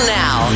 now